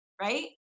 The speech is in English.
right